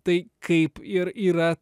tai kaip ir yra